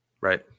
Right